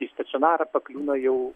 į stacionarą pakliūna jau